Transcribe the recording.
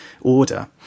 order